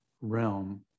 realm